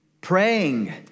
praying